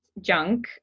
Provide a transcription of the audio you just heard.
junk